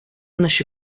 наші